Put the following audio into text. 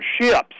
ships